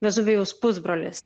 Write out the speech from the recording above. vezuvijaus pusbrolis